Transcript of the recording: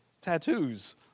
tattoos